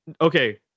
okay